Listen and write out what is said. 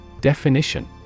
Definition